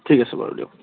ঠিক আছে বাৰু দিয়ক